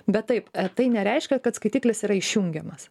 bet taip tai nereiškia kad skaitiklis yra išjungiamas